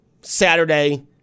Saturday